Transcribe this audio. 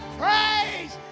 praise